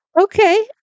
Okay